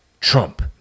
Trump